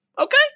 Okay